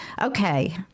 Okay